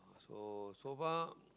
so so far